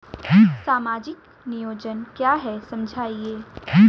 सामाजिक नियोजन क्या है समझाइए?